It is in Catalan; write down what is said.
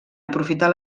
aprofitar